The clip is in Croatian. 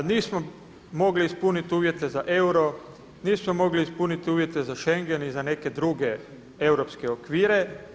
Nismo mogli ispuniti uvjete za euro, nismo mogli ispuniti uvjete za Schengen i za neke druge europske okvire.